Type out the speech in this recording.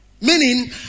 Meaning